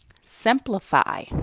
simplify